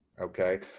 Okay